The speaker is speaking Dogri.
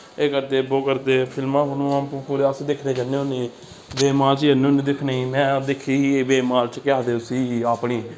एह् करदे बो करदे फिल्मां फुल्मां पूरे अस दिक्खने जन्ने होन्ने वेवमाल च जन्ने होन्ने दिक्खने ई में दिक्खी ही वेवमाल च केह् आखदी उसी अपनी